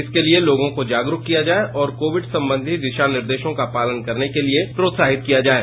इसके लिये लोगों को जागरूक किया जाये और कोविड संबंधित दिशा निर्देशों का पालन करने के लिये प्रोत्साहित किया जाये